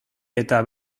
eta